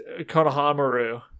Konohamaru